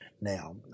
now